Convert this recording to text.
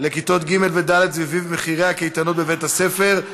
לכיתות ג' וד' וסביב מחירי הקייטנות בבתי-הספר.